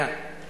היה,